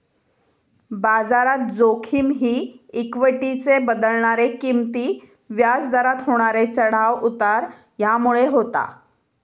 बाजारात जोखिम ही इक्वीटीचे बदलणारे किंमती, व्याज दरात होणारे चढाव उतार ह्यामुळे होता